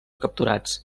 capturats